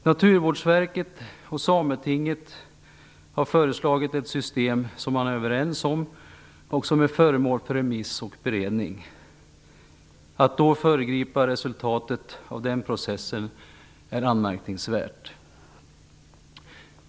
Naturvårdsverket och Sametinget har föreslagit ett system som man är överens om och som är föremål för remiss och beredning. Att man föregriper resultatet av den processen är anmärkningsvärt.